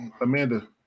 Amanda